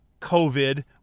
COVID